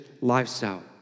lifestyle